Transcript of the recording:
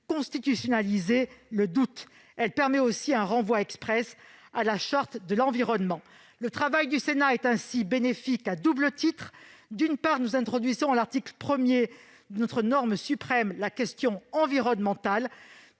constitutionnaliser le doute. Elle permet aussi de renvoyer expressément à la Charte de l'environnement. Le travail du Sénat est ainsi bénéfique à double titre : d'une part, nous introduisons à l'article 1 de notre norme suprême la question environnementale